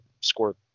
score